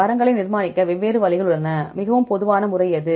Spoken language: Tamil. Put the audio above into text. மரங்களை நிர்மாணிக்க வெவ்வேறு வழிகள் உள்ளன மிகவும் பொதுவான முறை எது